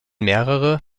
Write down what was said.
mehrere